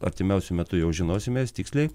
artimiausiu metu jau žinosim mes tiksliai